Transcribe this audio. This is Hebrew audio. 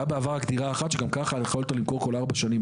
היה בעבר רק דירה אחת שגם ככה יכולת למכור כל ארבע שנים.